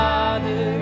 Father